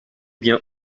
bien